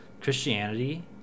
christianity